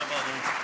(מחיאות כפיים)